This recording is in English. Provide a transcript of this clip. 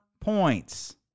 points